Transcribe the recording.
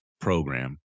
program